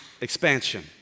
expansion